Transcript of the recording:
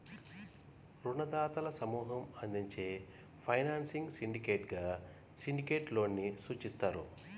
రుణదాతల సమూహం అందించే ఫైనాన్సింగ్ సిండికేట్గా సిండికేట్ లోన్ ని సూచిస్తారు